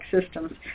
systems